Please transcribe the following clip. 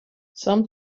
some